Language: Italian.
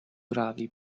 gravi